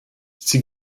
sie